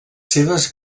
seves